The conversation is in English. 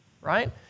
right